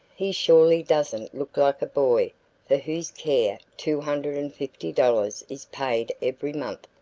he surely doesn't look like a boy for whose care two hundred and fifty dollars is paid every month.